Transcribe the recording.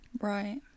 Right